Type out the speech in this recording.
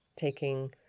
taking